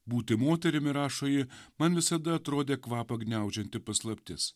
būti moterimi rašo ji man visada atrodė kvapą gniaužianti paslaptis